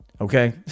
okay